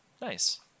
nice